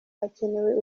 hakenewe